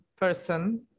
person